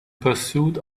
pursuit